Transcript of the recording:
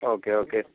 okay okay